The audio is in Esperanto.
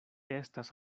estas